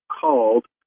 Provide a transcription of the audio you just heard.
called